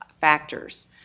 factors